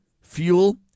fuel